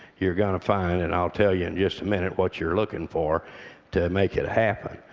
you're going to find, and i'll tell you in just a minute, what you're looking for to make it happen.